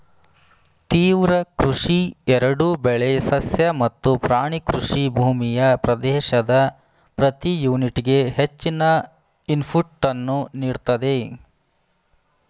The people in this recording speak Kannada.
ತೀವ್ರ ಕೃಷಿ ಎರಡೂ ಬೆಳೆ ಸಸ್ಯ ಮತ್ತು ಪ್ರಾಣಿ ಕೃಷಿ ಭೂಮಿಯ ಪ್ರದೇಶದ ಪ್ರತಿ ಯೂನಿಟ್ಗೆ ಹೆಚ್ಚಿನ ಇನ್ಪುಟನ್ನು ನೀಡ್ತದೆ